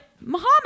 Muhammad